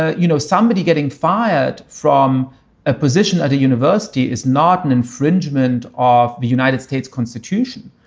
ah you know, somebody getting fired from a position at a university is not an infringement of the united states constitution,